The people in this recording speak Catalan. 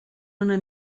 una